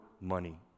money